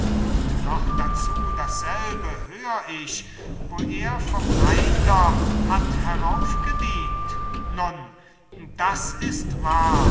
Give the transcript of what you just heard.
und noch dazu dasselbe hör ich wo er vom reiter hat heraufgedient nun das ist wahr